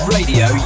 Radio